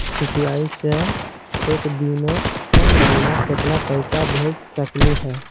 UPI स एक दिनो महिना केतना पैसा भेज सकली हे?